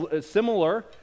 similar